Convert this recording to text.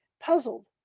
Puzzled